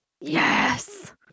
Yes